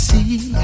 See